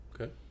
Okay